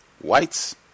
whites